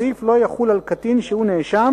הסעיף לא יחול על קטין שהוא נאשם,